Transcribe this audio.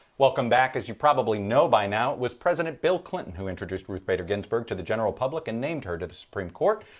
welcome back. as you probably know by now, it was president bill clinton who introduced ruth bader ginsburg to the general public and named her to the supreme court.